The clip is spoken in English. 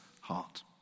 heart